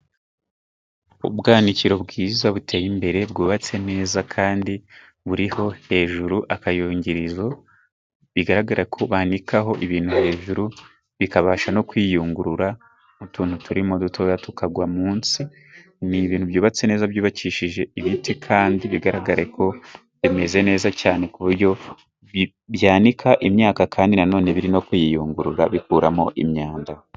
Ubwanikiro bwiza buteye imbere bwubatse neza, kandi buriho hejuru akayungirizo bigaragara ko banikaho ibintu hejuru, bikabasha no kwiyungurura utuntu turimo dutoya tukagwa munsi. Ni ibintu byubatse neza byubakishije ibiti, kandi bigaragare ko bimeze neza cyane, ku buryo byanika imyaka kandi na none biri no kuyiyungurura bikuramo imyanda.